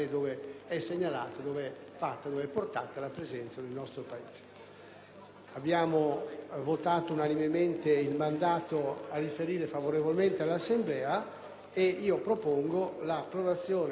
Abbiamo votato unanimemente il mandato a riferire favorevolmente all'Assemblea e pertanto propongo l'approvazione da parte del Senato di questo provvedimento. *(Applausi